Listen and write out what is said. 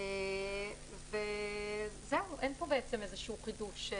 אין פה חידוש.